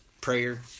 prayer